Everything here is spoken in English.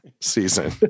season